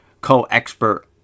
co-expert